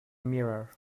mirror